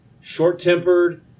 short-tempered